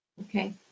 Okay